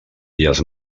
illes